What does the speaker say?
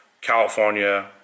California